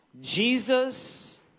Jesus